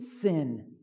sin